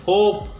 Hope